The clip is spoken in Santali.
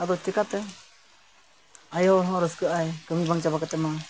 ᱟᱫᱚ ᱪᱤᱠᱟᱹᱛᱮ ᱟᱭᱳ ᱦᱚᱸ ᱨᱟᱹᱥᱠᱟᱹᱜ ᱟᱭ ᱠᱟᱹᱢᱤ ᱵᱟᱝ ᱪᱟᱵᱟ ᱠᱟᱛᱮᱫᱢᱟ